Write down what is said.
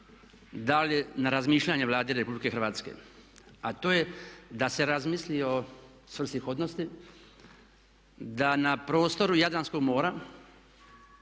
dali na razmišljanje Vladi Republike Hrvatske a to je da se razmisli o svrsishodnosti da na prostoru Jadranskog mora